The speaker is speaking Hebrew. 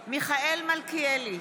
מלכיאלי,